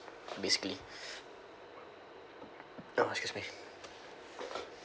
basically oh excuse me